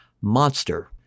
Monster